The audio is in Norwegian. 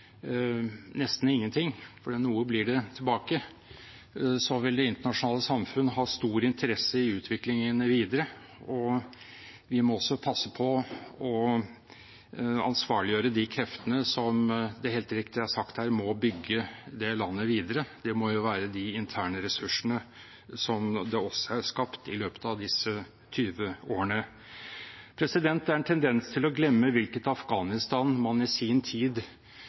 nesten ingenting, for noe blir det tilbake, vil det internasjonale samfunn ha stor interesse i utviklingen videre. Vi må også passe på å ansvarliggjøre de kreftene som det helt riktig er sagt her må bygge det landet videre. Det må være de interne ressursene som også er skapt i løpet av disse 20 årene. Det er en tendens til å glemme hvilket Afghanistan man i sin tid,